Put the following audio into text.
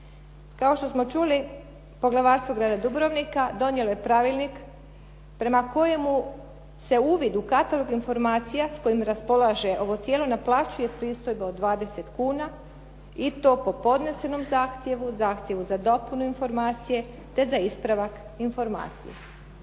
Kao što smo čuli poglavarstvo Grada Dubrovnika donijelo je pravilnik prema kojemu se uvid u katalog informacija s kojima raspolaže ovo tijelo, naplaćuje pristojba od 20 kuna i to po podnesenom zahtjevu, zahtjevu za dopunu informacije, te za ispravak informacije.